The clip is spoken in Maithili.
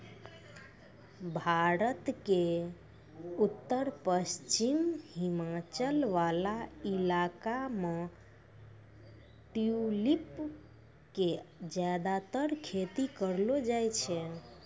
भारत के उत्तर पश्चिमी हिमालय वाला इलाका मॅ ट्यूलिप के ज्यादातर खेती करलो जाय छै